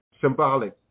symbolic